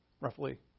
roughly